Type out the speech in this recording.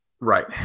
Right